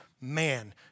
man